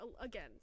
again